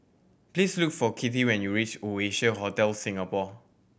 please look for Kitty when you reach Oasia Hotel Singapore